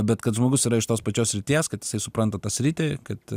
bet kad žmogus yra iš tos pačios srities kad jisai supranta tą sritį kad